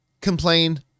complain